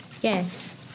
Yes